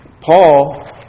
Paul